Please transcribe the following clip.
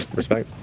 respect.